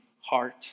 heart